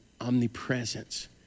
omnipresence